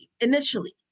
initially